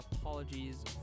apologies